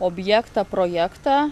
objektą projektą